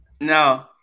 No